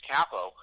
Capo